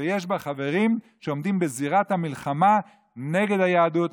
יש בה חברים שעומדים בזירת המלחמה נגד היהדות,